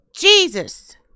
Jesus